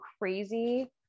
crazy